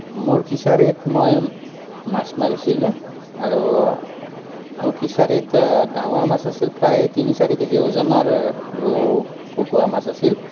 মোৰ ফিচাৰীত মই মাছ মাৰিছিলোঁ আৰু মোৰ ফিচাৰীত ডাঙৰ মাছ আছিল প্ৰায় তিনি চাৰি কেজি ওজনৰ ৰৌ ভকোৱা মাছ আছিল